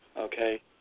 Okay